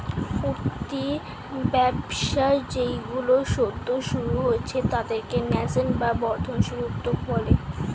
উঠতি ব্যবসা যেইগুলো সদ্য শুরু হয়েছে তাদেরকে ন্যাসেন্ট বা বর্ধনশীল উদ্যোগ বলে